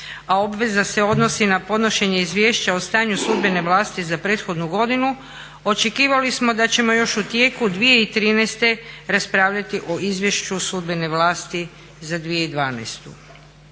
a obveza se odnosi na podnošenje izvješća o stanju sudbene vlasti za prethodnu godinu očekivali smo da ćemo još u tijeku 2013. raspravljati o Izvješću sudbene vlasti za 2012.